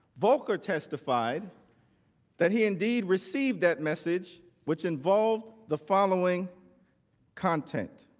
volker testified that he indeed received that message which involved the following content.